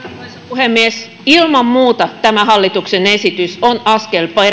puhemies ilman muuta tämä hallituksen esitys on askel